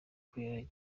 kurera